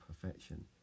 perfection